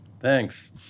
Thanks